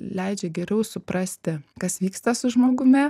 leidžia geriau suprasti kas vyksta su žmogumi